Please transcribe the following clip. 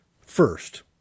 First